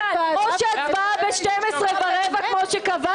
או הצבעה ב-12:15 כפי שקבעת,